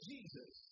Jesus